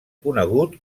conegut